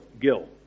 Gill